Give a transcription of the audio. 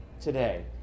today